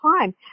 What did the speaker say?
time